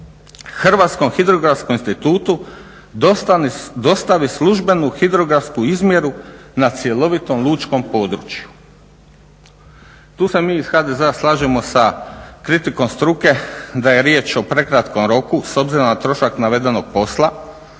Hrvatskom hidrografskom institutu dostavi službenu hidrografsku izmjeru na cjelovitom lučkom području. Tu se mi iz HDZ-a slažemo sa kritikom struke da je riječ o prekratkom roku s obzirom na trošak navedenog posla